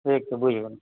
ठीक तऽ बुझि गेलहुँ